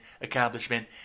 accomplishment